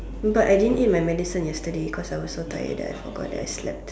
but I didn't eat my medicine yesterday cause I was so tired that I forgot that I slept